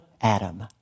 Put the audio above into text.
Adam